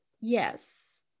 yes